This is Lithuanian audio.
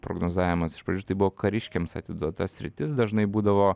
prognozavimas iš pradžių tai buvo kariškiams atiduota sritis dažnai būdavo